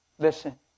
Listen